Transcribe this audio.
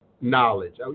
knowledge